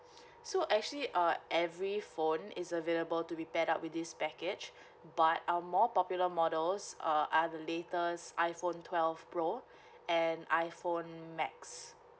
so actually uh every phone is available to be paired up with this package but our more popular models uh are the latest iphone twelve pro and iphone max